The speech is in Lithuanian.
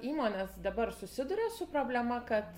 įmonės dabar susiduria su problema kad